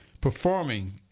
performing